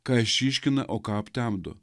ką išryškina o ką aptemdo